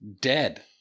dead